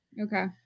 Okay